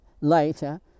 later